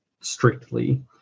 strictly